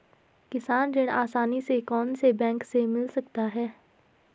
किसान ऋण आसानी से कौनसे बैंक से मिल सकता है?